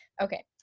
Okay